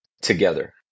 together